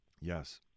Yes